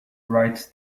writes